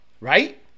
right